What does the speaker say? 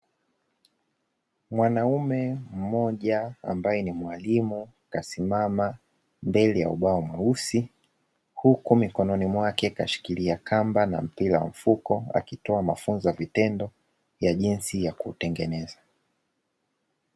Mwanaume mmoja ambaye ni mwalimu, kasimama mbele ya ubao mweusi, huku mikononi mwake kashikilia kamba na mpira mfuko akitoa mafunzo vitendo ya jinsi ya kutengeneza.